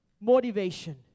Motivation